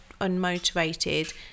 unmotivated